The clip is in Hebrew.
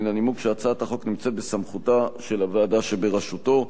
בנימוק שהצעת החוק נמצאת בסמכותה של הוועדה שבראשותו.